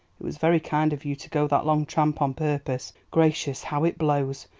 it was very kind of you to go that long tramp on purpose. gracious, how it blows!